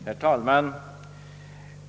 Herr talman!